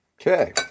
Okay